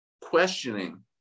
questioning